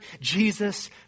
Jesus